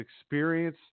experience